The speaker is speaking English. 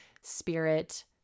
Spirit